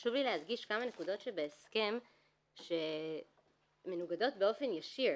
חשוב לי להדגיש כמה נקודות שבהסכם שמנוגדות באופן ישיר.